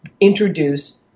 introduce